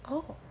oh